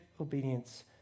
obedience